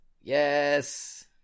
Yes